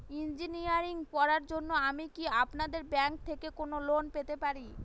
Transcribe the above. Engineering পড়ার জন্য আমি কি আপনাদের ব্যাঙ্ক থেকে কোন লোন পেতে পারি?